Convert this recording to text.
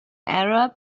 arab